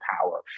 power